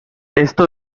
esto